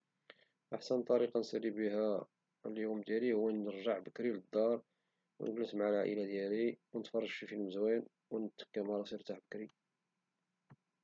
أحسن طريقة نسالي بها لنهار ديالي هو نرجع بكري للدار ونجلس مع العائلة ديالي ونتفرج فشي فيلم زوين ةنتكى مع راسي نعس بكري.